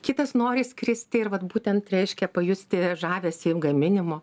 kitas nori skristi ir vat būtent reiškia pajusti žavesį gaminimo